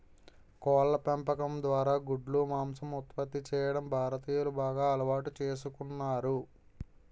కోళ్ళ పెంపకం ద్వారా గుడ్లు, మాంసం ఉత్పత్తి చేయడం భారతీయులు బాగా అలవాటు చేసుకున్నారు